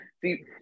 See